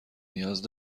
نیاز